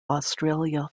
australia